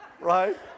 right